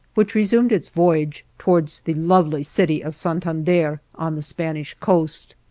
which resumed its voyage towards the lovely city of santander on the spanish coast.